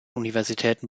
universitäten